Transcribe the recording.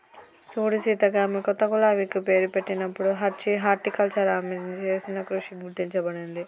సూడు సీత గామె కొత్త గులాబికి పేరు పెట్టినప్పుడు హార్టికల్చర్ ఆమె చేసిన కృషి గుర్తించబడింది